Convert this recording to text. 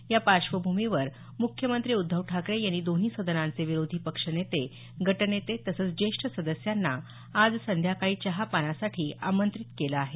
या पार्श्वभूमीवर मुख्यमंत्री उद्धव ठाकरे यांनी दोन्ही सदनांचे विरोधी पक्षनेते गटनेते तसंच ज्येष्ठ सदस्यांना आज संध्याकाळी चहापानासाठी आमंत्रित केलं आहे